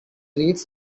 reads